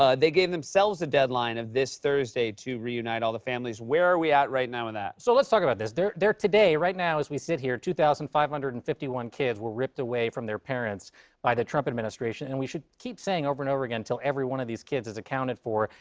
ah they gave themselves a deadline of this thursday to reunite all the families. where are we at right now in that? so let's talk about this. there, today, right now, as we sit here, two thousand five hundred and fifty one kids were ripped away from their parents by the trump administration, and we should keep saying over and over again, till every one of these kids is accounted for,